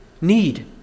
need